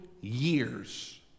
years